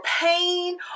pain